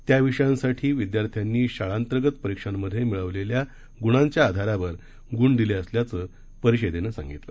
त्या विषयांसाठी विदयार्थ्यांनी शाळांतर्गत परीक्षांमधे मिळवलेल्या गुणांच्या आधारावर गुण दिले असल्याचं परीषदेनं सांगितलं